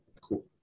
cool